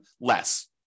less